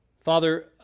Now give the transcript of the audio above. Father